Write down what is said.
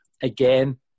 again